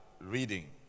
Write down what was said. reading